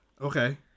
Okay